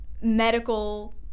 medical